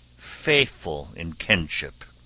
faithful in kinship.